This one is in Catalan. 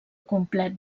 complet